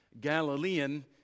Galilean